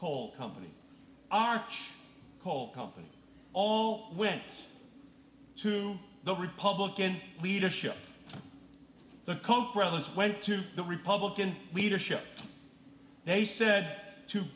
coal company arch coal company all went to the republican leadership the koch brothers went to the republican leadership they said to